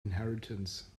inheritance